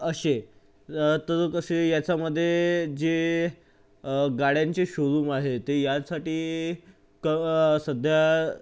असे तर कसे याच्यामध्ये जे गाड्यांचे शोरूम आहेत ते यांसाठी क सध्या